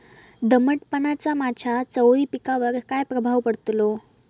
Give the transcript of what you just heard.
दमटपणाचा माझ्या चवळी पिकावर काय प्रभाव पडतलो?